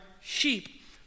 sheep